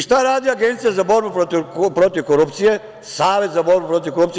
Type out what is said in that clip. Šta radi Agencija za borbu protiv korupcije, Savet za borbu protiv korupcije?